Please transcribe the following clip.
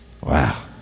Wow